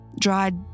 dried